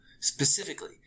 Specifically